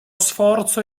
sforzo